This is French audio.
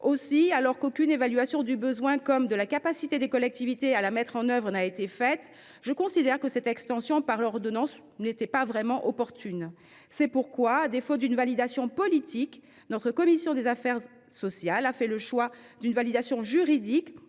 de toute évaluation du besoin et de la capacité des collectivités à la mettre en œuvre, que cette extension par ordonnance n’était pas vraiment opportune. C’est pourquoi, à défaut d’une validation politique, notre commission des affaires sociales a fait le choix d’une validation juridique.